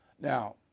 Now